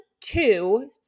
two